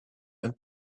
and